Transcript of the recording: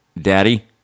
Daddy